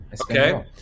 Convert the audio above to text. Okay